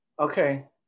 Okay